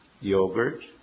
yogurt